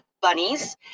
bunnies